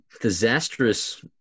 disastrous